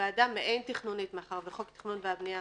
ועדה מעין תכנונית, מאחר שחוק התכנון והבנייה